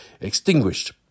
extinguished